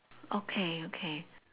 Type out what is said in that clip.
okay okay